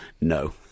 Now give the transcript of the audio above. no